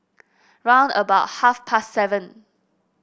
round about half past seven